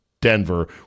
Denver